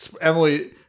Emily